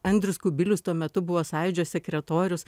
andrius kubilius tuo metu buvo sąjūdžio sekretorius